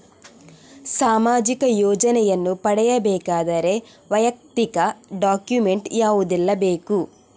ಸಾಮಾಜಿಕ ಯೋಜನೆಯನ್ನು ಪಡೆಯಬೇಕಾದರೆ ವೈಯಕ್ತಿಕ ಡಾಕ್ಯುಮೆಂಟ್ ಯಾವುದೆಲ್ಲ ಬೇಕು?